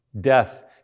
death